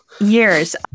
Years